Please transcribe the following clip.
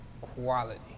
Quality